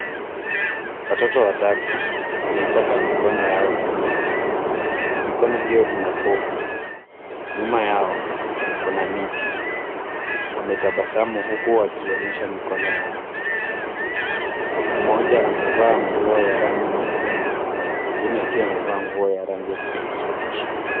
Watoto watatu, wameipaka mikono yao sabuni. Mikono hiyo ina pofu. Nyuma yao, kuna miti. Wametabasamu huku wakionyesha mikono yao. Mmoja amevaa nguo ya rangi nyekundu, mwingine akiwa amevaa nguo ya rangi ya kijani kibichi.